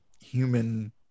human